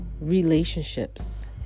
relationships